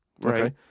Right